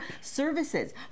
services